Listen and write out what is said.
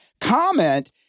comment